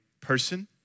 person